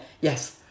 Yes